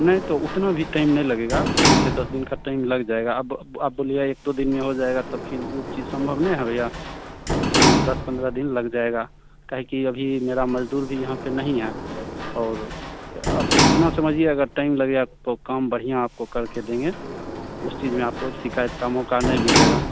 नहीं तो उतना भी टाइम नहीं लगेगा आपको जैसे दस दिन का टाइम लग जाएगा अब आप बोलिएगा एक दो दिन में हो जाएगा तब फिर वो चीज संभव नहीं है भैया हाँ दस पंद्रह दिन लग जाएगा काहे कि अभी मेरा मजदूर भी यहाँ पर नहीं है और आप इतना समझिए अगर टाइम लगेगा तो काम बढ़िया आपको करके देंगे उस चीज में आपको शिकायत का मौका नहीं मिलेगा